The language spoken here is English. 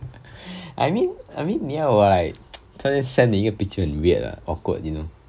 I mean I mean 你要我 like 突然间 send 你一个 picture like 很 weird lah awkward you know